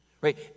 Right